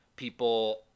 people